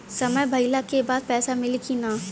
समय भइला के बाद पैसा मिली कि ना?